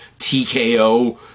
TKO